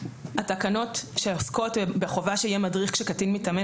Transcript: התקנות שעוסקות בחובה שיהיה מדריך כשקטין מתאמן,